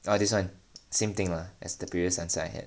oh this one same thing lah as the previous answer I had